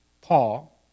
Paul